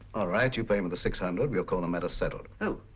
ah right, you pay him the six hundred we'll call the matter settled. oh.